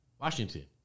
Washington